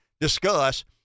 discuss